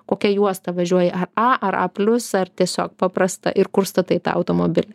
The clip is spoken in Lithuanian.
kokia juosta važiuoji ar a ar a plius ar tiesiog paprasta ir kur statai tą automobilį